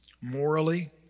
morally